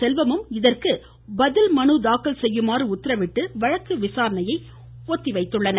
செல்வமும் இதற்கு பதில் மனு தாக்கல் செய்யுமாறு உத்தரவிட்டு வழக்கு விசாரணையை ஒத்திவைத்துள்ளனர்